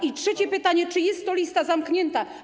I trzecie pytanie: Czy jest to lista zamknięta?